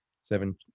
seven